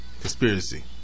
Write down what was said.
conspiracy